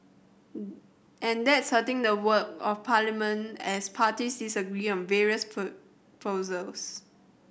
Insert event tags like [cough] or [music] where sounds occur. [noise] and that's hurting the work of parliament as parties disagree on various [unintelligible] proposals